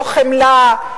לא חמלה,